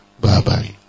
Bye-bye